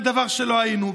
זה דבר שלא היינו.